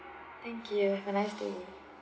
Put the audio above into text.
thank you have a nice day